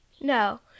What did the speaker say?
No